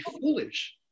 foolish